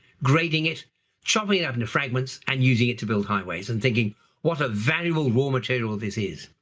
grading it chopping it up into fragments and using it to build highways and thinking what a valuable raw material this is.